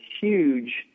huge